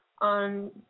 on